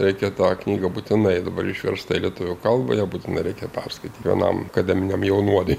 reikia tą knygą būtinai dabar išversta į lietuvių kalbą ją būtinai reikia perskaityt vienam akademiniam jaunuoliui